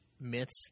myths